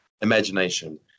Imagination